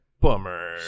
bummer